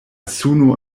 suno